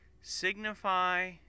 signify